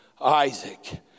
Isaac